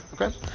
Okay